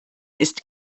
ist